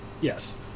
Yes